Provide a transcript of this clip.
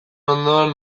ondoan